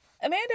Amanda